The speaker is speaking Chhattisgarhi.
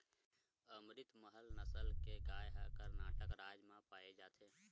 अमरितमहल नसल के गाय ह करनाटक राज म पाए जाथे